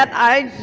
i